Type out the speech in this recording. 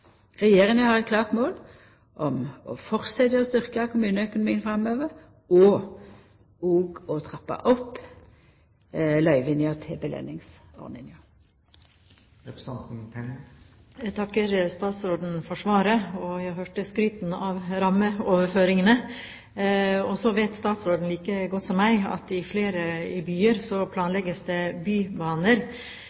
Regjeringa har eit klart mål om å fortsetja å styrkja kommuneøkonomien framover, og òg å trappa opp løyvingane til påskjøningsordninga. Jeg takker statsråden for svaret. Jeg hørte skrytet av rammeoverføringene. Så vet statsråden like godt som meg at det i flere byer planlegges bybaner. For eksempel i